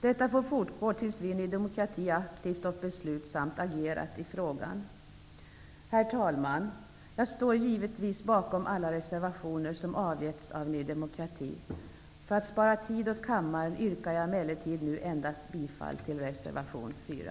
Detta får fortgå tills vi i Ny demokrati aktivt och beslutsamt har agerat i frågan. Herr talman! Jag står givetvis bakom alla reservationer som har avgetts av Ny demokrati. För att spara tid åt kammaren yrkar jag nu emellertid endast bifall till reservation 4.